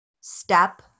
step